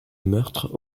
meurtre